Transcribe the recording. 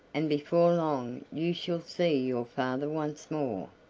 and before long you shall see your father once more.